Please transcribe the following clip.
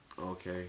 Okay